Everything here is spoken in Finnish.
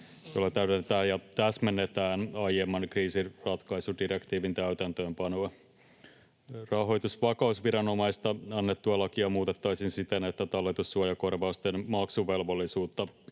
joilla täydennetään ja täsmennetään aiemman kriisinratkaisudirektiivin täytäntöönpanoa. Rahoitusvakausviranomaisesta annettua lakia muutettaisiin siten, että talletussuojakorvausten maksuvelvollisuutta